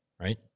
right